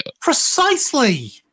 Precisely